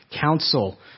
council